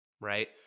Right